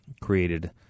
created